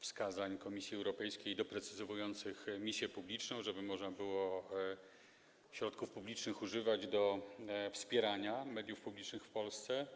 wskazań Komisji Europejskiej doprecyzowujących misję publiczną, żeby można było używać środków publicznych do wspierania mediów publicznych w Polsce.